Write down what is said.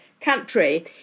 country